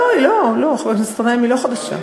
לא, לא, היא לא, חבר הכנסת גנאים, היא לא חדשה.